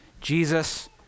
Jesus